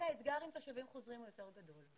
האתגר עם תושבים חוזרים הוא יותר גדול.